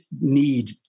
need